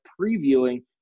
previewing